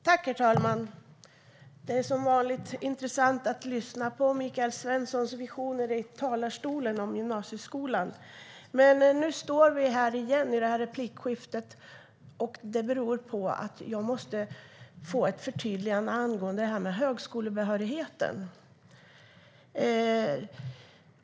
Herr talman! Det är som vanligt intressant att lyssna på Michael Svenssons visioner om gymnasieskolan från talarstolen. Nu står vi här igen i ett replikskifte, och det beror på att jag måste få ett förtydligande angående högskolebehörigheten.